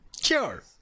Sure